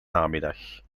namiddag